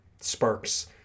sparks